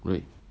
right